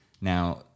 now